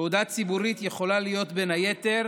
תעודה ציבורית יכולה להיות בין היתר